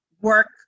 work